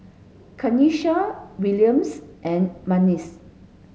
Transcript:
Kenisha Williams and Memphis